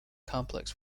complex